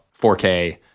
4K